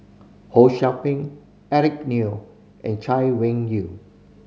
Ho Sou Ping Eric Neo and Chay Weng Yew